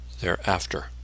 thereafter